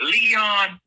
Leon